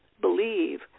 believe